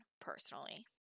personally